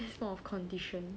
that's more of condition